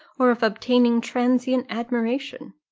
or of obtaining transient admiration.